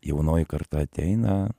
jaunoji karta ateina